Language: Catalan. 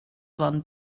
bon